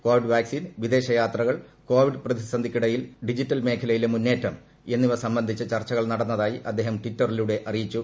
Covid vaccine വിദേശ യാത്രകൾ Covid പ്രതിസന്ധിക്കിടയിൽ ഡിജിറ്റൽ മേഖലയിലെ മുന്നേറ്റം എന്നിവ സംബന്ധിച്ച് ചർച്ചകൾ നടന്നതായി അദ്ദേഹം ട്വിറ്ററിലൂടെ അറിയിച്ചു